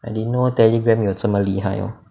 I didn't know Telegram 有这么厉害 orh